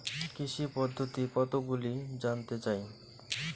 কৃষি পদ্ধতি কতগুলি জানতে চাই?